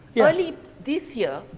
yeah early this year,